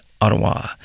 Ottawa